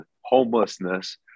homelessness